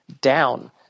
down